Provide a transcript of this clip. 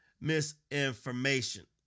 misinformation